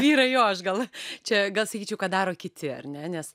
vyrai jo aš gal čia gal sakyčiau ką daro kiti ar ne nes